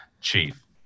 Chief